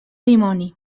dimoni